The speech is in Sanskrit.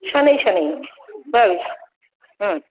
शनै शनैः भविष्